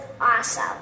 awesome